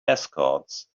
escorts